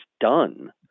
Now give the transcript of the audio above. done